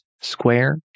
square